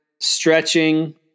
stretching